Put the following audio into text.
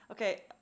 Okay